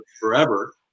forever